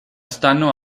stanno